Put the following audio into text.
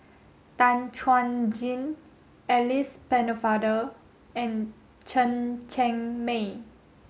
Tan Chuan Jin Alice Pennefather and Chen Cheng Mei